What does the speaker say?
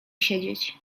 siedzieć